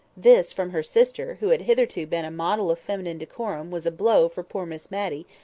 this from her sister, who had hitherto been a model of feminine decorum, was a blow for poor miss matty,